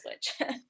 switch